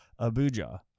abuja